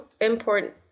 important